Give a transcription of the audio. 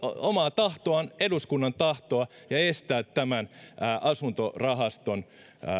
omaa tahtoaan eduskunnan tahtoa ja estää tämän asuntorahaston